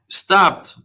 stopped